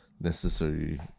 necessary